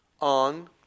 on